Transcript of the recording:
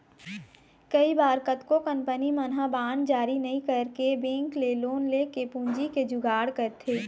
कई बार कतको कंपनी मन ह बांड जारी नइ करके बेंक ले लोन लेके पूंजी के जुगाड़ करथे